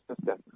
system